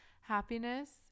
happiness